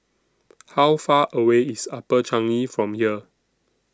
How Far away IS Upper Changi from here